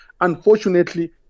Unfortunately